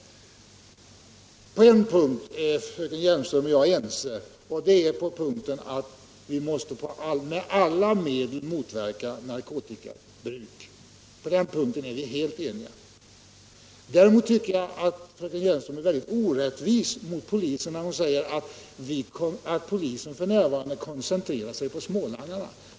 På en punkt är fröken Hjelmström och jag helt eniga. Vi måste med alla medel motverka narkotikamissbruk. Däremot tycker jag att fröken Hjelmström är mycket orättvis mot polisen när hon säger att den f.n. koncentrerar sig på smålangarna.